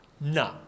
No